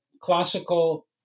classical